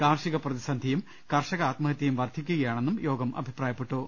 കാർഷികപ്രതിസന്ധിയും കർഷക ആത്മഹത്യ യും വർദ്ധിക്കുകയാണെന്നും യോഗം അഭിപ്രായപ്പെട്ടു